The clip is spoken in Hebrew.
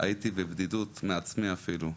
הייתי בבדידות מעצמי אפילו,